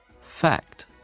Fact